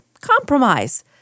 compromise